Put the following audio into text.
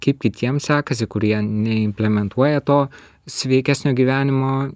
kaip kitiem sekasi kur jie neimplementuoja to sveikesnio gyvenimo